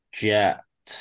jet